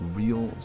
real